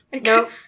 Nope